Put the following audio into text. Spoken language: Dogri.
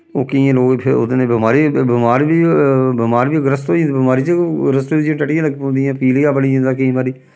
ओह् केइयें लोग फिर ओह्दे नै बमारी बमार बी बमार बी ग्रस्त होई जंदे बमारी च ग्रस्त होई जंदे जेल्लै टट्टियां लग्गी पौंदियां पीलिया बनी जंदा केईं बारी